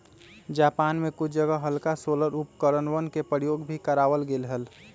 Japan में कुछ जगह हल्का सोलर उपकरणवन के प्रयोग भी करावल गेले हल